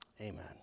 amen